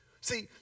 See